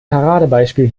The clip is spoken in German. paradebeispiel